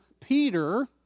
Peter